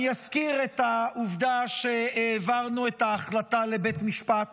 אני אזכיר את העובדה שהעברנו את ההחלטה לבית משפט